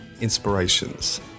inspirations